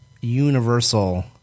Universal